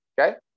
okay